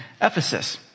Ephesus